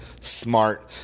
Smart